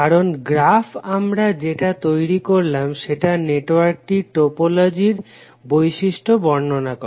কারণ গ্রাফ আমরা যেটা তৈরি করলাম সেটা নেটওয়ার্কটির টোপোলজির বৈশিষ্ট্য বর্ণনা করে